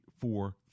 four